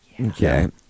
Okay